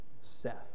Seth